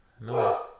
No